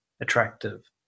attractive